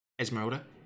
Esmeralda